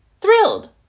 Thrilled